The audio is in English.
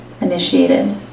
initiated